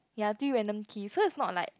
ya do it random key so is not like